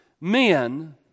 men